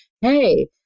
hey